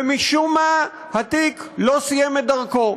ומשום מה התיק לא סיים את דרכו,